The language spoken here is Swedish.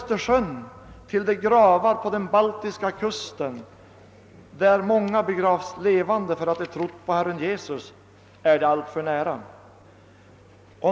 Till de gravar på den baltiska kusten på andra sidan Östersjön, där så många begravts levande för att de trott på Herren Jesus, är det så nära.